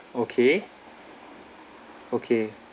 okay okay